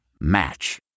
Match